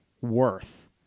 worth